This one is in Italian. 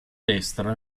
destra